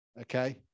okay